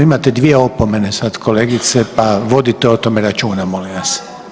Imate dvije opomene sad kolegice pa vodite o tome računa molim vas.